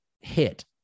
hit